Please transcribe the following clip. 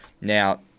Now